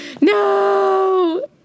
No